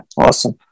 awesome